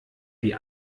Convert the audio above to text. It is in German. die